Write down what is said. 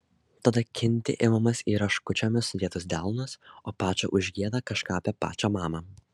tada kinti imamas į rieškučiomis sudėtus delnus o pačo užgieda kažką apie pačą mamą